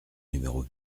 numéro